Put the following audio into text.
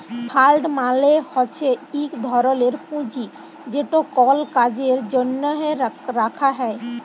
fund মালে হছে ইক ধরলের পুঁজি যেট কল কাজের জ্যনহে রাখা হ্যয়